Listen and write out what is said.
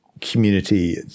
community